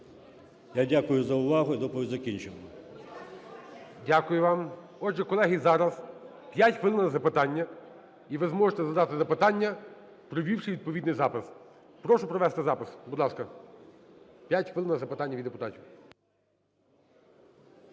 Я дякую за увагу, доповідь закінчено. 20:17:38 ГОЛОВУЮЧИЙ. Дякую вам. Отже, колеги, зараз 5 хвилин за запитання, і ви можете задати запитання, провівши відповідний запис. Прошу провести запис. Будь ласка, 5 хвилин на запитання від депутатів.